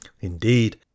Indeed